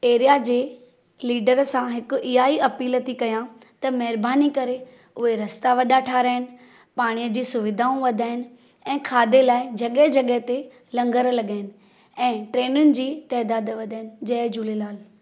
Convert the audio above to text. area जे leader सां हिकु इहा ही अपील थी कयां त महिरबानी करे उहे रस्ता वॾा ठाहिरायनि पाणीअ जी सुविधाऊं वधायनि ऐं खाधे लाइ जॻह जॻह ते लंगर लगाइनि ऐं ट्रेनुनि जी तैदात वधाइनि जय झूलेलाल